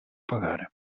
pagare